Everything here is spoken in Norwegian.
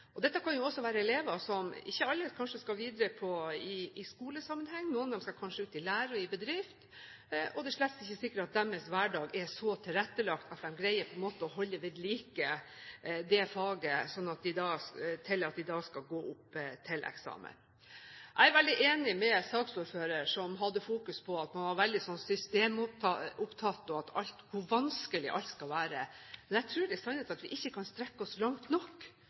Dette kan jo også være elever som ikke alle skal videre i skolesammenheng. Noen av dem skal kanskje ut i lære og i bedrift. Og det er slett ikke sikkert at deres hverdag er så tilrettelagt at de greier å holde ved like det faget til de skal gå opp til eksamen. Jeg er veldig ening med saksordføreren, som hadde fokus på at man var veldig systemopptatt, og hvor vanskelig alt skal være. Men jeg tror i sannhet at vi ikke kan strekke oss langt nok